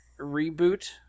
reboot